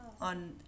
on